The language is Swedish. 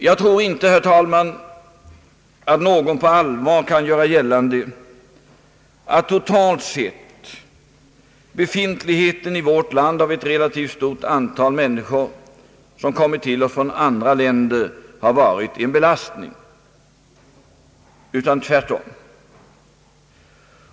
Jag tror inte, herr talman, att någon på allvar kan göra gällande att totalt sett befintligheten i vårt land av ett relativt stort antal människor som kommit till oss från andra länder har varit en belastning — tvärtom.